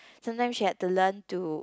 sometimes she had to learn to